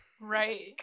Right